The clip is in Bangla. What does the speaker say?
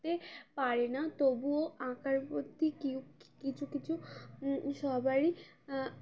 পারে না তবুও আঁকার প্রতি কিন্তু কিছু কিছু সবারই